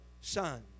son